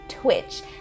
twitch